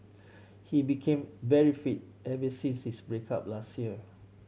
he became very fit ever since his break up last year